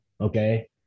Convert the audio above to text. okay